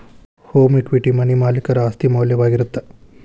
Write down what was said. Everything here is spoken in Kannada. ಹೋಮ್ ಇಕ್ವಿಟಿ ಮನಿ ಮಾಲೇಕರ ಆಸ್ತಿ ಮೌಲ್ಯವಾಗಿರತ್ತ